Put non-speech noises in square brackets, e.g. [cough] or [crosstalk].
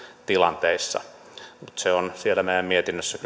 tilanteissa mutta tämä haaste kyllä ilmenee siellä meidän mietinnössämme [unintelligible]